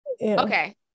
Okay